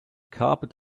carpet